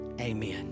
Amen